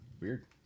Weird